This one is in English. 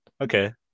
Okay